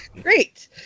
great